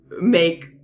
make